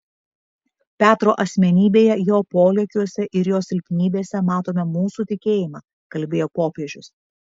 petro asmenybėje jo polėkiuose ir jo silpnybėse matome mūsų tikėjimą kalbėjo popiežius